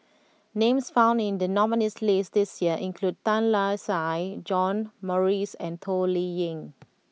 names found in the nominees' list this year include Tan Lark Sye John Morrice and Toh Liying